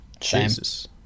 jesus